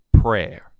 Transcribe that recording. prayer